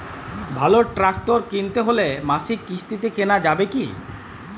ভালো ট্রাক্টর কিনতে হলে মাসিক কিস্তিতে কেনা যাবে কি?